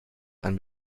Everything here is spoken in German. ein